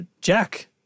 Jack